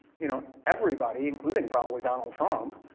you know, everybody, including probably donald trump,